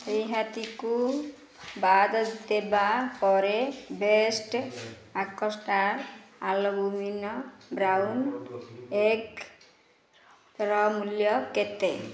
ରିହାତିକୁ ବାଦ ଦେବା ପରେ ବେଷ୍ଟ ଏକ୍ସଟ୍ରା ଆଲବୁମିନ୍ ବ୍ରାଉନ୍ ଏଗ୍ର ମୂଲ୍ୟ କେତେ